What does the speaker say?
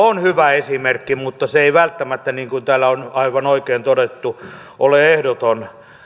on hyvä esimerkki mutta se ei välttämättä niin kuin täällä on aivan oikein todettu ole ehdoton